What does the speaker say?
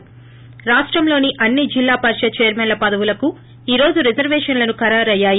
థి రాష్టంలోని అన్ని జిల్లా పరిషత్ చైర్మన్ల పదవులకు ఈ రోజు రిజర్వేషన్లు ఖరారయ్నాయి